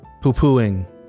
poo-pooing